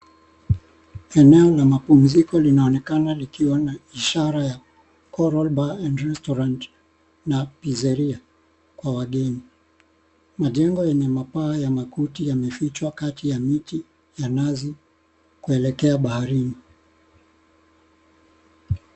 Eneo la mapumziko linaonekana likiwa na ishara ya Coral Bar And Restaurant na Pizzeria kwa wageni. Majengo yenye mapaa ya makuti yamefichwa kati ya miti ya nazi kuelekea baharini.